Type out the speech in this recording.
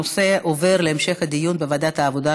הנושא עובר להמשך דיון לוועדת העבודה,